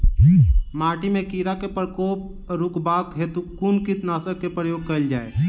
माटि मे कीड़ा केँ प्रकोप रुकबाक हेतु कुन कीटनासक केँ प्रयोग कैल जाय?